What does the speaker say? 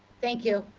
thank you.